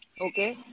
okay